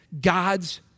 God's